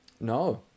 No